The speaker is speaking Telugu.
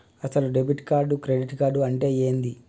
అసలు డెబిట్ కార్డు క్రెడిట్ కార్డు అంటే ఏంది?